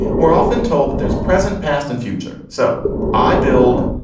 we're often told that there's present, past and future so i build,